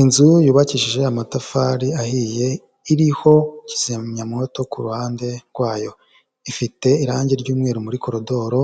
Inzu yubakishije amatafari ahiye iriho kizimyamwoto ku ruhande rwayo, ifite irange ry'umweru muri korodoro